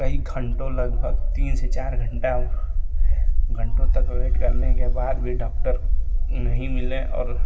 कई घंटों लगभग तीन से चार घंटा घंटों तक वेट करने के बाद भी डक्टर नही मिले और